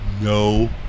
no